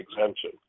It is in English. exemption